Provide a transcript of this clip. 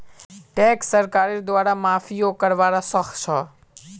tax सरकारेर द्वारे माफियो करवा सख छ